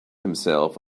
himself